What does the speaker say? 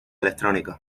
electrónicos